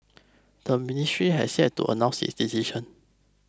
the ministry has yet to announce its decision